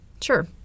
Sure